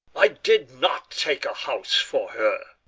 i did not take a house for her.